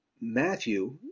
Matthew